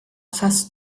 fast